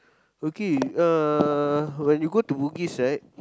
okay uh when you go to Bugis right